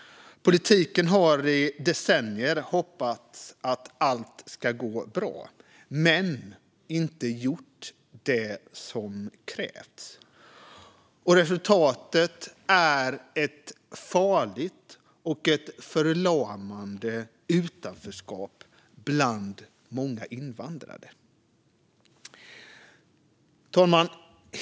Politiken har i decennier hoppats på att allt ska gå bra men inte gjort det som krävs. Resultatet är ett farligt och förlamande utanförskap bland många invandrade. Fru talman!